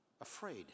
afraid